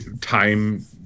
time